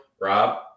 Rob